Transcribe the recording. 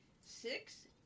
six